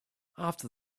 after